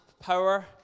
power